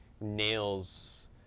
nails